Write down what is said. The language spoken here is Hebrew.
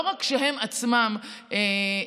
לא רק שהם עצמם נפגעו,